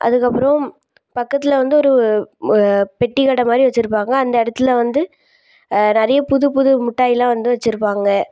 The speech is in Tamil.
அதுக்கு அப்புறம் பக்கத்தில் வந்து ஒரு பெட்டிக்கடைமாரி வச்சிருப்பாங்க அந்த இடத்துல வந்து நிறைய புது புது மிட்டாய்லாம் வந்து வச்சிருப்பாங்க